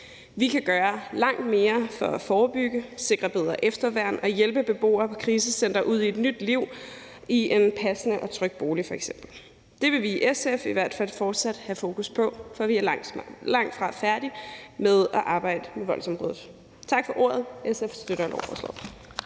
vi kan gøre langt mere for at forebygge og sikre et bedre efterværn og hjælpe beboere på krisecentre ud i et nyt liv, f.eks. i en passende og tryg bolig. Det vil vi i SF i hvert fald fortsat have fokus på, for vi er langtfra færdige med at arbejde med voldsområdet. Tak for ordet. SF støtter lovforslaget.